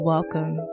Welcome